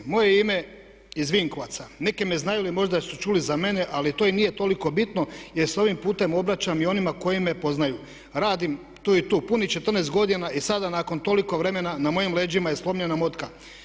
Moje je ime iz Vinkovaca, neki me znaju ili možda su čuli za mene ali to i nije toliko bitno jer se ovim putem obraćam i onima koji me poznaju, radim tu i tu, punih 14 godina i sada nakon toliko vremena na mojim leđima je slomljena motika.